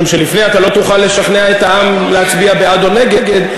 משום שלפני אתה לא תוכל לשכנע את העם להצביע בעד או נגד,